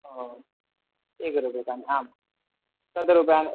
ओम् एकं रूप्यकम् आम् तत् ब्रान्